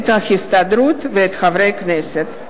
את ההסתדרות ואת חברי הכנסת.